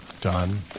done